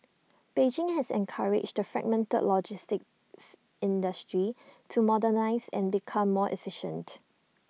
Beijing has encouraged the fragmented logistics industry to modernise and become more efficient